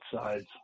sides